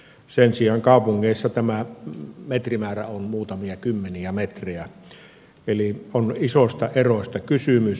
sen sijaan kaupungeissa tämä metrimäärä on muutamia kymmeniä metrejä eli on isoista eroista kysymys